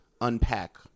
unpack